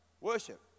Worship